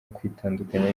kwitandukanya